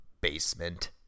Basement